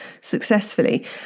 successfully